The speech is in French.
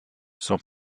son